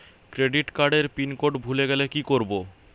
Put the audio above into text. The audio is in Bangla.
ক্রেডিট কার্ডের পিনকোড ভুলে গেলে কি করব?